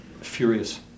furious